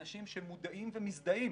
אנשים שמודעים ומזדהים